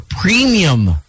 premium